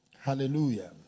hallelujah